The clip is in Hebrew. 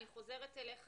אני חוזרת אליך,